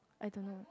I don't know